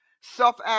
self